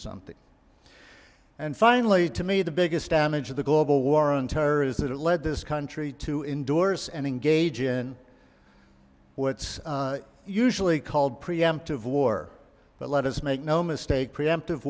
something and finally to me the biggest damage of the global war on terror is that it led this country to indorse and engage in what's usually called preemptive war but let us make no mistake preemptive